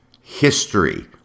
history